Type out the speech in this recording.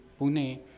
Pune